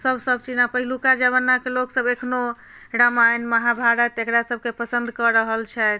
सब सब चीज पहिलुका जमानाके लोकसब एखनहु रामायण महाभारत एकरा सबके पसन्द कऽ रहल छथि